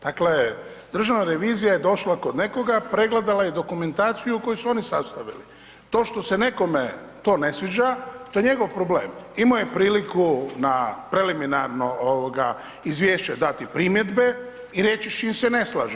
Dakle, Državna revizija je došla kod nekoga, pregledala je dokumentaciju koju su oni sastavili, to što se nekome to ne sviđa, to je njegov problem, imao je priliku na preliminarno izvješće dati primjedbe i reći s čim se ne slaže.